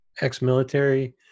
ex-military